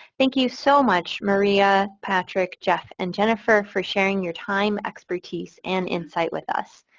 thank you so much maria patrick, jeff and jennifer for sharing your time, expertise and insight with us.